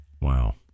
Wow